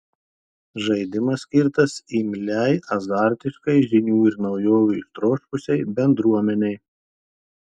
žaidimas skirtas imliai azartiškai žinių ir naujovių ištroškusiai bendruomenei